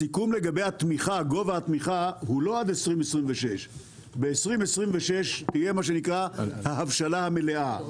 הסיכום לגבי גובה התמיכה הוא לא עד 2026. ב-2026 תהיה מה שנקרא ההבשלה המלאה,